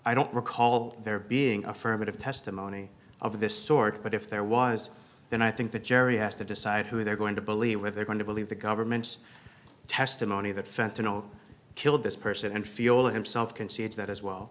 i don't recall there being affirmative testimony of this sort but if there was then i think the jury has to decide who they're going to believe or they're going to believe the government's testimony that fentanyl killed this person and feel himself concedes that as well